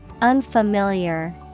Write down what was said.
Unfamiliar